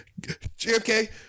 JFK